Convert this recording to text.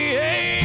hey